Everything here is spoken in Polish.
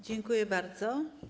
Dziękuję bardzo.